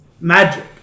magic